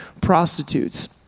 prostitutes